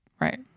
right